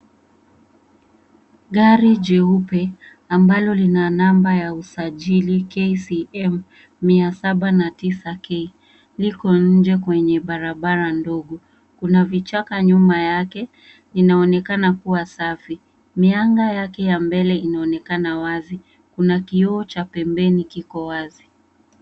Gari jeupe ambalo lia namba ya usajili KCM 709K liko nje kwenye barabara ndogo, kuna vichaka nyuma yake, inaonekana kuwa safi, mianga yake ya mbele inaonekana wazi, kuna kio cha pembeni kiko wazi.